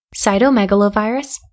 Cytomegalovirus